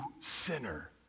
sinner